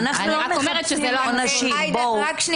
אני רק אומרת שזה לא --- בואו נצא